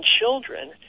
children